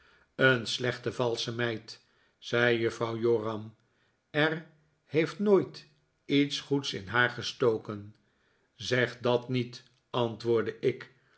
een slechte valsche meid zei juffrouw joram er heeft nooit iets goeds in haar gestoken zeg dat niet antwoordde ik